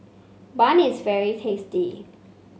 bun is very tasty